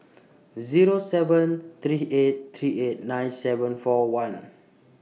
Zero seven three eight three eight nine seven four one